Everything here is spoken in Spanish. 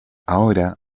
ahora